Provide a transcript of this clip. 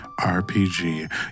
RPG